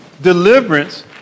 deliverance